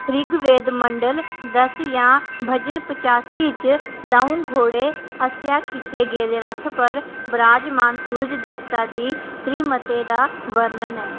ऋग्वेद मंडल दस्स जां भजन पचासी च द'ऊं घोड़ें आसेआ खिच्चे गेदे रथ पर बराजमान सूरज देवता दी त्रीमतै दा बर्णन ऐ